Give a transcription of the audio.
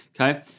okay